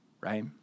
right